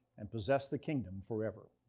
and possess the kingdom forever.